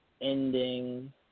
ending